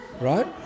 right